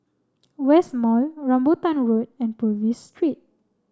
West Mall Rambutan Road and Purvis Street